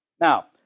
Now